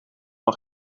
nog